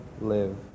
live